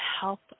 help